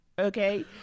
Okay